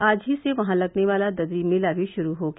आज ही से वहां लगने वाला दरी मेला भी शुरू हो गया